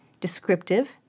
descriptive